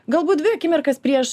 galbūt dvi akimirkas prieš